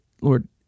Lord